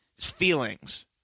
feelings